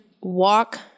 walk